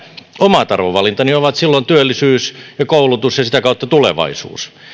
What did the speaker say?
omat arvovalintani ovat silloin työllisyys ja koulutus ja sitä kautta tulevaisuus